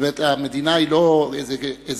זאת אומרת, המדינה היא לא איזה פיצוי